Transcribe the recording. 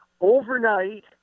overnight